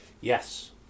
Yes